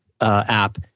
App